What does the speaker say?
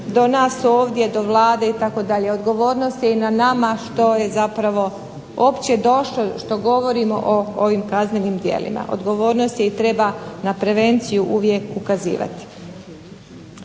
do nas ovdje, do Vlade itd. Odgovornost je i na nama što je zapravo uopće došlo, što govorimo o ovim kaznenim djelima. Odgovornost je i treba na prevenciju uvijek ukazivati.